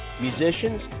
musicians